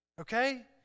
Okay